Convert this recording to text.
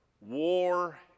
war